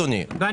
אדוני.